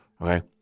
okay